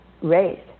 raised